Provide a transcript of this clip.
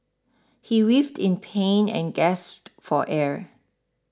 he writhed in pain and gasped for air